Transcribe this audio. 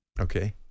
Okay